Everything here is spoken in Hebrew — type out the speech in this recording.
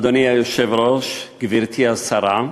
אדוני היושב-ראש, גברתי השרה,